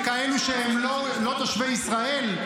לכאלה שהם לא תושבי ישראל?